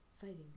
fighting